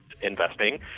investing